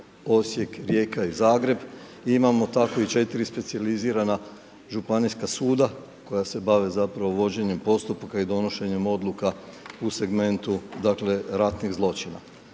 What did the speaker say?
Osijek, Rijeka i Zagreb i imamo tako 4 specijalizirana županijska suda koja se bave zapravo vođenjem postupka i donošenjem odluka u segmentu dakle ratnih zločina.